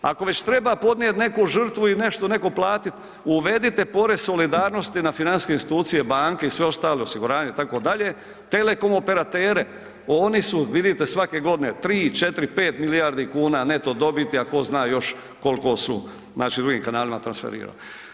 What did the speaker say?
Ako već treba podnijeti neku žrtvu ili neko platit, uvedite porez solidarnosti na financijske institucije, banke i sve ostale, osiguranje itd., telekom operatere oni su vidite svake godine 3,4,5 milijardi kuna neto dobiti, a tko zna još koliko su drugim kanalima transferirali.